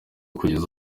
kugeza